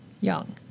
Young